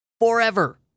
forever